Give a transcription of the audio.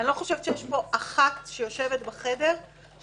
אני לא חושבת שיש פה אחת שיושבת בחדר שלא